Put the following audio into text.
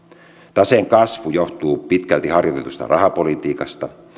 taseen kasvu johtuu pitkälti harjoitetusta rahapolitiikasta